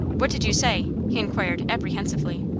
what did you say? he inquired, apprehensively.